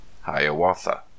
Hiawatha